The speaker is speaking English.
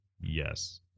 Yes